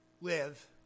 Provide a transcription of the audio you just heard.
live